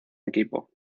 equipo